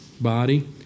body